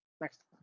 next